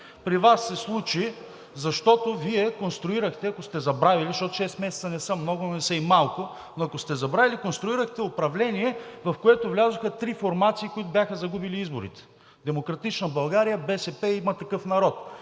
При Вас се случи, защото Вие конструирахте, ако сте забравили – защото шест месеца не са много, но не са и малко, но ако сте забравили, конструирахте управление, в което влязоха три формации, които бяха загубили изборите – „Демократична България“, БСП и „Има такъв народ“.